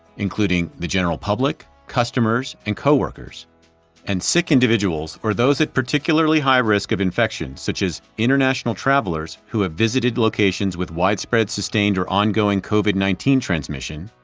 including the general public, customers and coworkers and sick individuals or those at particularly high risk of infection, such as international travelers who have visited locations with widespread sustained or ongoing covid nineteen transmission,